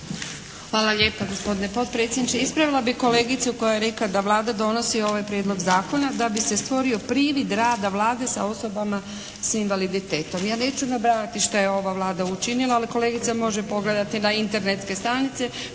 Hvala lijepa gospodine potpredsjedniče. Ispravila bih kolegicu koja je rekla da Vlada donosi ovaj prijedlog zakona da bi se stvorio privid rada Vlade sa osobama s invaliditetom. Ja neću nabrajati šta je ova Vlada učinila, ali kolegica može pogledati na internetske stranice